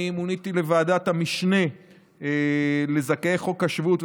אני מוניתי לוועדת המשנה לזכאי חוק השבות,